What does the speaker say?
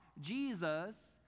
Jesus